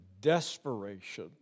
desperation